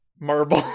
Marble